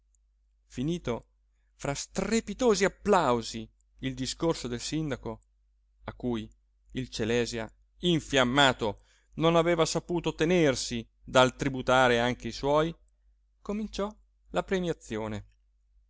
finito fra strepitosi applausi il discorso del sindaco a cui il celèsia infiammato non aveva saputo tenersi dal tributare anche i suoi cominciò la premiazione